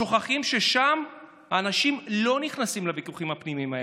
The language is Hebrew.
שוכחים ששם אנשים לא נכנסים לוויכוחים הפנימיים האלה.